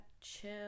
chill